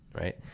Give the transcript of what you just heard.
right